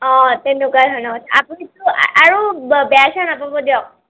অঁ তেনেকুৱাই হয় আপুনিটো আৰু বেয়া চেয়া নেপাব দিয়ক